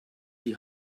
die